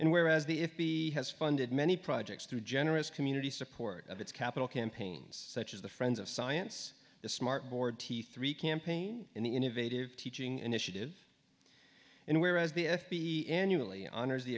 and whereas the if b has funded many projects through generous community support of its capital campaigns such as the friends of science the smart board t three campaign and the innovative teaching initiative in whereas the f b a annually honors the